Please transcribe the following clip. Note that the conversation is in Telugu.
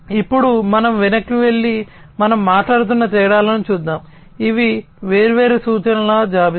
ఇప్పుడు మనం వెనక్కి వెళ్లి మనం మాట్లాడుతున్న తేడాలను చూద్దాం ఇవి వేర్వేరు సూచనల జాబితా